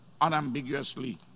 unambiguously